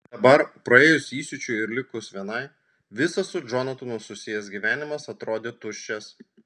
dabar praėjus įsiūčiui ir likus vienai visas su džonatanu susijęs gyvenimas atrodė tuščias